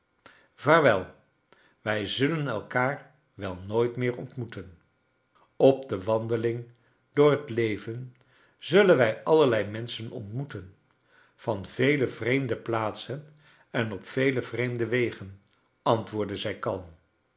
vaarwel wij zullen elkaar wel nooit meer ontmoeten op de wandeling door het leven zullen wij allerlei menschen ontmoeten van veel vreemde plaatsen en op veel vreemde wegen antwoordde zij kalm